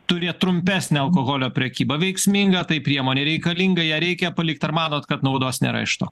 turėt trumpesnę alkoholio prekybą veiksminga tai priemonė reikalinga ją reikia palikt ar manot kad naudos nėra iš to